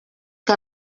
que